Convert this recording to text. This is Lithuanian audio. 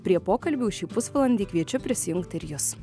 prie pokalbių šį pusvalandį kviečiu prisijungti ir jus